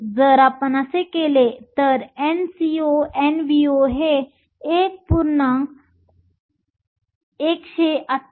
जर आपण असे केले तर NcoNvo हे 1